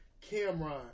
Cameron